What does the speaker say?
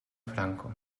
franco